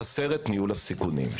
ניהול הסיכונים.